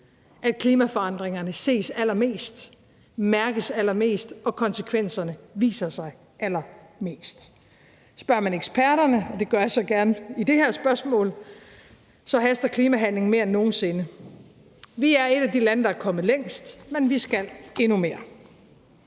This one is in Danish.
klimaforandringerne ses allermest, mærkes allermest, og konsekvenserne viser sig allermest. Spørger man eksperterne, og det gør jeg så gerne i det her spørgsmål, haster klimahandling mere end nogen sinde. Vi er et af de lande, der er kommet længst, men vi skal endnu mere.